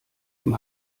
dem